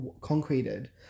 concreted